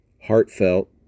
heartfelt